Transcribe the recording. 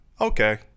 Okay